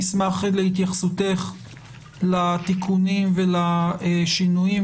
נשמח להתייחסותך לתיקונים ולשינויים,